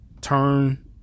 turn